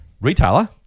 retailer